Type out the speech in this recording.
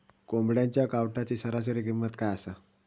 कोंबड्यांच्या कावटाची सरासरी किंमत काय असा?